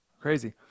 crazy